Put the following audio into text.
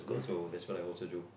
so that's what I also do